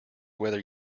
whether